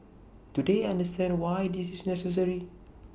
do they understand why this is necessary